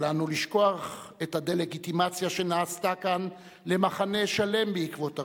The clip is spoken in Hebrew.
אל לנו לשכוח את הדה-לגיטימציה שנעשתה כאן למחנה שלם בעקבות הרצח,